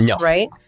right